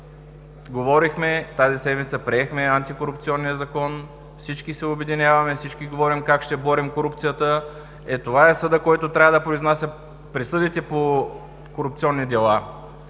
Тази седмица приехме Антикорупционния закон. Всички се обединяваме, всички говорим как ще борим корупцията. Е, това е Съдът, който трябва да произнася присъдите по корупционни дела.